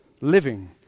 living